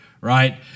right